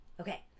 Okay